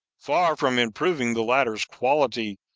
far from improving the latter's quality,